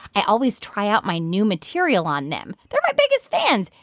i always try out my new material on them. they're my biggest fans.